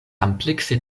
amplekse